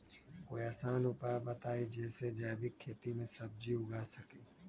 कोई आसान उपाय बताइ जे से जैविक खेती में सब्जी उगा सकीं?